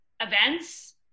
events